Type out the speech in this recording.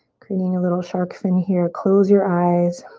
creating a little shark fin here. close your eyes